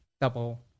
double